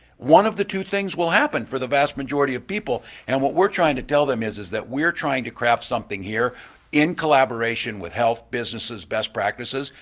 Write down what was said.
one of the two things will happen for the vast majority of people and what we're trying to tell them is is we're trying to craft something here in collaboration with health, businesses, best practices,